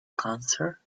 cancer